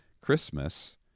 Christmas